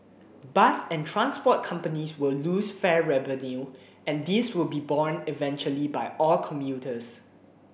bus and transport companies will lose fare revenue and this will be borne eventually by all commuters